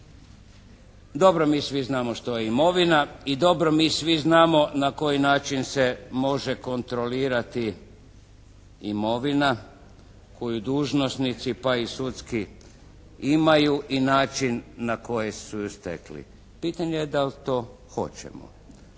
Dobro mi svi znamo što je imovina i dobro mi svi znamo na koji način se može kontrolirati imovina koju dužnosnici pa i sudski imaju i način na koji su ju stekli. Pitanje je da li to hoćemo.